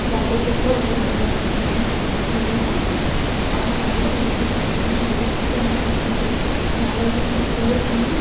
ॾाढो सुठो रोल कयो हूअईं उन में विवाह पाण कंहिं महिल बि ॾिसी सघंदा आहियूं विवाह पिचर में हुन जी ज़ाल जो उन छेले ताईं